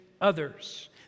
others